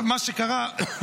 מה שקרה עכשיו,